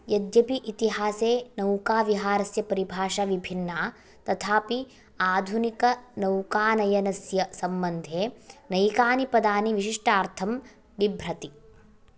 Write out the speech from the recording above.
यद्यपि इतिहासे नौकाविहारस्य परिभाषा विभिन्ना तथापि आधुनिकनौकानयनस्य सम्बन्धे अनेकानि पदानि विशिष्टार्थं बिभ्रति